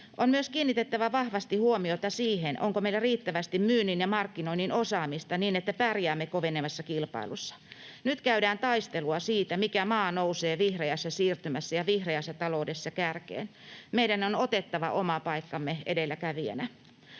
On kiinnitettävä vahvasti huomiota myös siihen, onko meillä riittävästi myynnin ja markkinoinnin osaamista niin, että pärjäämme kovenevassa kilpailussa. Nyt käydään taistelua siitä, mikä maa nousee vihreässä siirtymässä ja vihreässä taloudessa kärkeen. Meidän on otettava oma paikkamme edelläkävijänä.